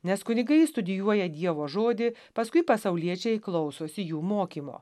nes kunigai studijuoja dievo žodį paskui pasauliečiai klausosi jų mokymo